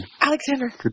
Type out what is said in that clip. Alexander